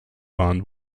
waren